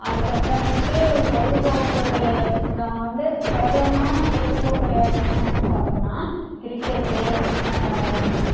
அதுக்கப்புறமேட்டு பொழுதுப்போக்கு அப்புறோம் வந்து பிரபலமான பொழுதுப்போக்கு விளையாட்டு என்னென்னன்னு பார்த்தோமுன்னா கிரிக்கெட்டு